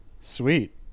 Sweet